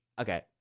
Okay